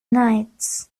knights